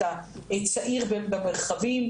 את הצעיר במרחבים.